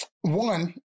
One